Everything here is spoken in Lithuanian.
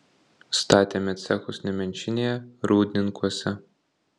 statėme cechus nemenčinėje rūdninkuose